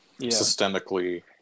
systemically